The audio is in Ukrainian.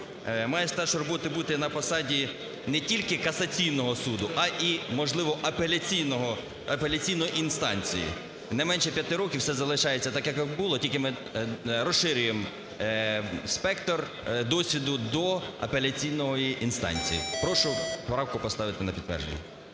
має стаж роботи бути на посаді не тільки касаційного суду, а і, можливо, апеляційного, апеляційної інстанції не менше п'яти років. Все залишається так, як було, тільки ми розширюємо спектр досвіду до апеляційної інстанції. Прошу правку поставити на підтвердження.